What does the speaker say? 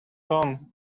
tom